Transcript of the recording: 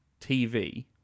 TV